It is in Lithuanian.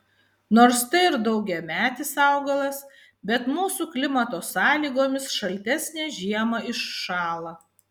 nors tai ir daugiametis augalas bet mūsų klimato sąlygomis šaltesnę žiemą iššąla